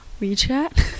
WeChat